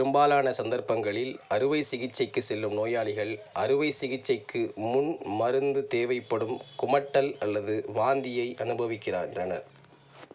பெரும்பாலான சந்தர்ப்பங்களில் அறுவை சிகிச்சைக்கு செல்லும் நோயாளிகள் அறுவை சிகிச்சைக்கு முன் மருந்து தேவைப்படும் குமட்டல் அல்லது வாந்தியை அனுபவிக்கின்றனர்